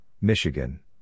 Michigan